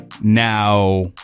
Now